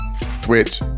Twitch